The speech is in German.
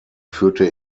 führte